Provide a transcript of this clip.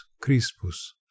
crispus